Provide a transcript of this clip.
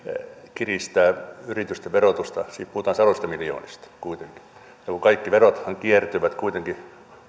kiristää yritysten verotusta puhutaan sadoista miljoonista kuitenkin ja kaikki verothan kiertyvät kuitenkin